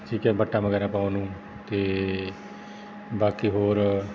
ਠੀਕ ਹੈ ਵੱਟਾਂ ਵਗੈਰਾ ਪਾਉਣ ਨੂੰ ਅਤੇ ਬਾਕੀ ਹੋਰ